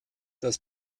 dass